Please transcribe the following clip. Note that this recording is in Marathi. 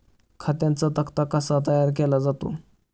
खात्यांचा तक्ता कसा तयार केला जातो?